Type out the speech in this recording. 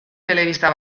telebista